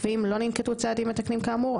ואם לא ננקטו צעדים מתקנים כאמור,